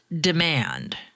demand